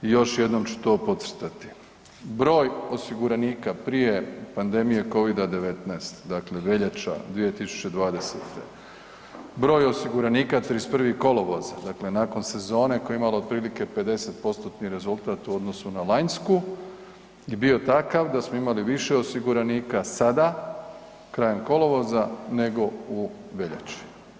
Još jednom ću to podcrtati, broj osiguranika prije pandemije covid-19, dakle veljača 2020., broj osiguranika 31. kolovoza, dakle nakon sezone koje je imalo otprilike 50%-tni rezultat u odnosu na lanjsku i bio takav da smo imali više osiguranika sada krajem kolovoza nego u veljači.